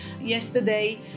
Yesterday